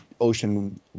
Ocean